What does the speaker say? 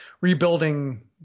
rebuilding